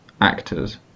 actors